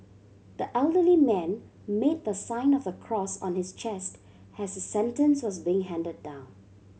the elderly man made the sign of the cross on his chest has sentence was being handed down